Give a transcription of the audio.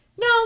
no